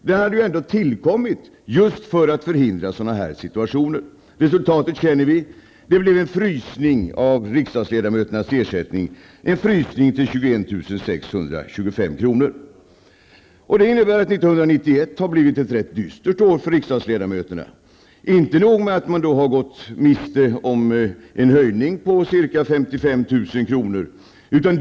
Den hade ju ändå tillkommit just för att förhindra sådana här situationer. Resultatet känner vi. Det blev en frysning av riksdagsledamöternas ersättning, till 21 625 kr. Det innebär att 1991 har blivit ett rätt dystert år för riksdagsledamöterna. Inte nog med att man har gått miste om en höjning på ca 55 000 kr.